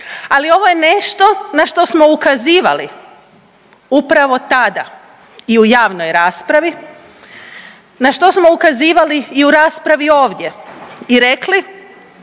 Ali ovo je nešto na što smo ukazivali upravo tada i u javnoj raspravi, na što smo ukazivali i u raspravi ovdje i rekli